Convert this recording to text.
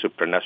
supranational